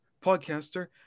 podcaster